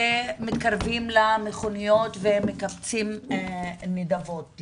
ומתקרבים למכוניות ומקבצים נדבות.